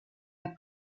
der